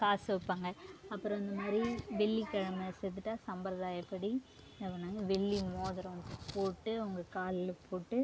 காசு வைப்பாங்க அப்புறம் இந்த மாதிரி வெள்ளி கிழம செத்துட்டால் சம்பிர்தாயப்படி எவனாவது வெள்ளி மோதிரம் போட்டு அவங்க கால்ல போட்டு